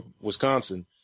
Wisconsin